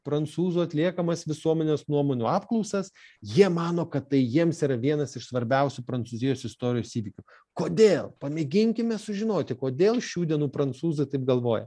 prancūzų atliekamas visuomenės nuomonių apklausas jie mano kad tai jiems yra vienas iš svarbiausių prancūzijos istorijos įvykių kodėl pamėginkime sužinoti kodėl šių dienų prancūzai taip galvoja